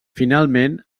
finalment